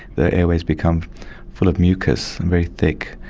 their airways become full of mucus, very thick,